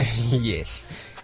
Yes